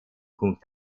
punkt